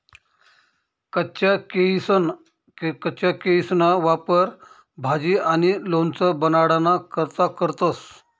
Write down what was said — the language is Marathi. कच्चा केयीसना वापर भाजी आणि लोणचं बनाडाना करता करतंस